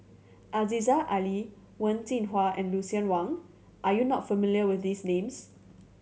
Aziza Ali Wen Jinhua and Lucien Wang are you not familiar with these names